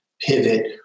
pivot